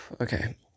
Okay